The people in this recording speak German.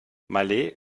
malé